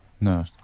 No